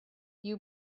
you